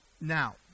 Now